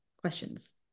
questions